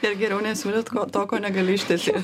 ir geriau nesiūlyt ko to negali ištesėt